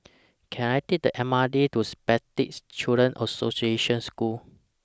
Can I Take The M R T to Spastic Children's Association School